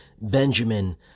Benjamin